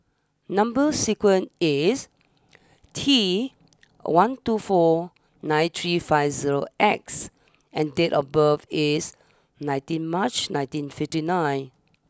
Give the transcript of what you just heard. number sequence is T one two four nine three five zero X and date of birth is nineteen March nineteen fifty nine